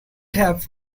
have